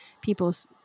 people's